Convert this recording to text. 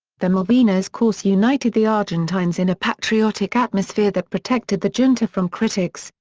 the malvinas course united the argentines in a patriotic atmosphere that protected the junta from critics,